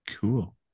cool